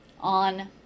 on